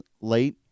late